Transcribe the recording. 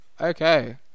Okay